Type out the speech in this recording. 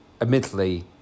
admittedly